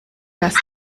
dass